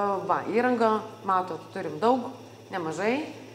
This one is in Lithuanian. va įranga matot turim daug nemažai